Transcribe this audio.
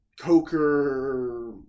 Coker